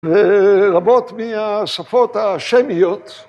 ‫לרבות מהשפות השמיות.